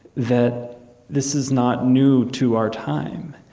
that this is not new to our time,